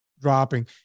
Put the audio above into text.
dropping